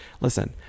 Listen